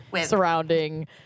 surrounding